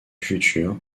futur